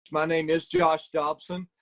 my name is josh dobson.